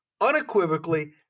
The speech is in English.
unequivocally